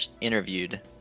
interviewed